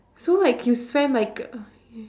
so like you spend like uh